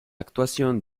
actuación